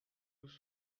nous